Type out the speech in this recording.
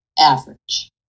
average